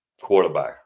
quarterback